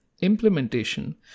Implementation